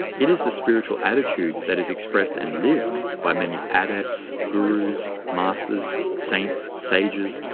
it is the spiritual attitude that is expressed and lived by many adepts, gurus, masters, saints, sages,